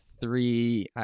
three